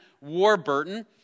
Warburton